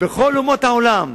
בכל אומות העולם,